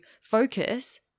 focus